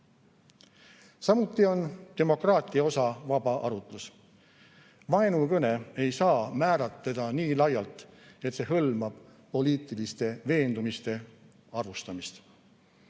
on demokraatia osa vaba arutlus. Vaenukõne ei saa määratleda nii laialt, et see hõlmab poliitiliste veendumiste arvustamist.